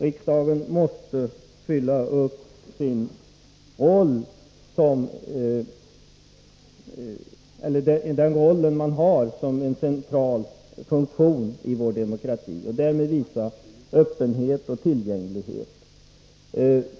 Riksdagen måste fylla sin roll som en central funktion i vår demokrati och därmed visa öppenhet och tillgänglighet.